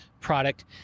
product